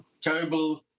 terrible